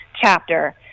chapter